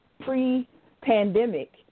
pre-pandemic